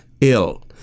ill